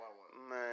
Man